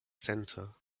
centre